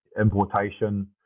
importation